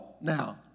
now